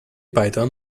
python